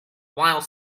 while